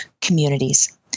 communities